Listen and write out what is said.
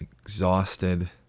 exhausted